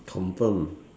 confirm